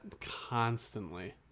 constantly